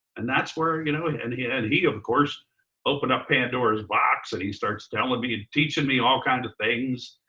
and that's where you know. and and and he of course opened up pandora's box and he starts telling me, ah teaching me all kinds of things.